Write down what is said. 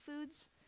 foods